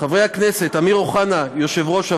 חברי הכנסת אמיר אוחנה, יושב-ראש הוועדה,